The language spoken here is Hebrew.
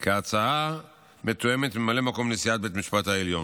כי ההצעה מתואמת עם ממלא מקום נשיאת בית המשפט העליון.